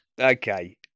Okay